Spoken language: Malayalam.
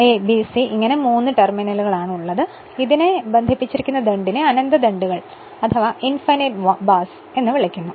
എ ബി സി ഇങ്ങനെ മൂന്നു ടെര്മിനലിസ് ആണ് ഉള്ളത് ഈ ടെർമിനലുകളെ ബന്ധിപ്പിച്ചിരിക്കുന്ന ദണ്ഡിനെ അനന്ത ദണ്ഡുകൾ എന്നു വിളിക്കുന്നു